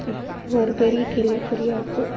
அது ஒரு பெரிய கேள்வி குறியாக இருக்குது